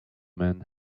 man